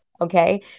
okay